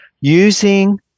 using